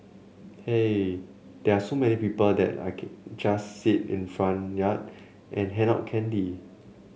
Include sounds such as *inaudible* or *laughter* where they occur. here there are so many people that I *unintelligible* just sit in the front yard and hand out candy